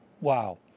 Wow